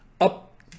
up